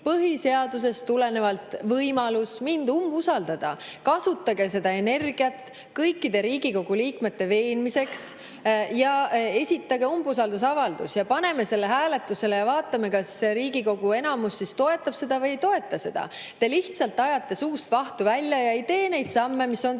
põhiseadusest tulenevalt võimalus mind umbusaldada. Kasutage seda energiat kõikide Riigikogu liikmete veenmiseks ja esitage umbusaldusavaldus, paneme selle hääletusele ja vaatame, kas Riigikogu enamus toetab seda või ei toeta. Te lihtsalt ajate suust vahtu välja ja ei tee neid samme, mis on teie